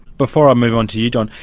before i move on to you, don,